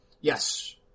Yes